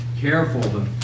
careful